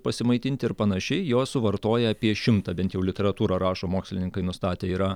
pasimaitinti ir panašiai jos suvartoja apie šimtą bent jau literatūra rašo mokslininkai nustatę yra